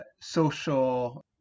social